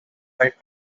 light